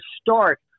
start